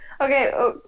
Okay